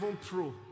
Pro